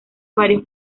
varios